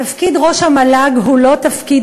תפקיד ראש המל"ג הוא לא תפקיד